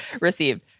received